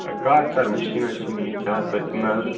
card سر machine نَہ حظ چھِنہٕ ییٚتہِ چلان تہٕ